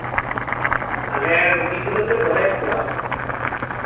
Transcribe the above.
ᱚ ᱛᱟᱦᱞᱮ ᱨᱩᱜᱤ ᱠᱚᱫᱚ ᱯᱮ ᱫᱚᱦᱚᱭᱮᱫ ᱠᱚᱣᱟ